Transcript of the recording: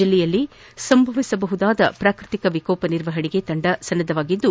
ಜಿಲ್ಲೆಯಲ್ಲಿ ಮುಂದೆ ಸಂಭವಿಸಬಹುದಾದ ಪ್ರಾಕೃತಿಕ ವಿಕೋಪ ನಿರ್ವಹಣೆಗೆ ತಂಡ ಸನ್ನದ್ದವಾಗಿದ್ದು